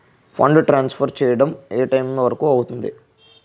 Fund transfer చేయడం ఏ time వరుకు అవుతుంది?